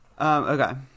Okay